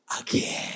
again